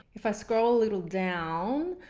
if i scroll it will down,